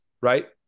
right